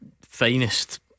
finest